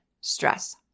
stress